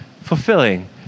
fulfilling